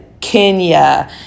Kenya